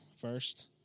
first